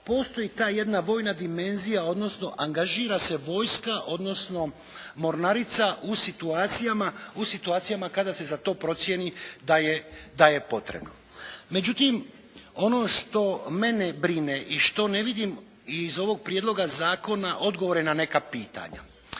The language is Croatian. postoji ta jedna vojna dimenzija, odnosno angažira se vojska, odnosno mornarica u situacijama kada se za to procijeni da je potrebno. Međutim ono što mene brine i što ne vidim iz ovog Prijedloga zakona odgovore na neka pitanja.